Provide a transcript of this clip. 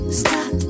stop